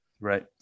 Right